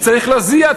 צריך להזיע,